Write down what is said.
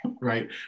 right